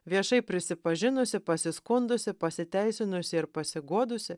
viešai prisipažinusi pasiskundusi pasiteisinusi ir pasiguodusi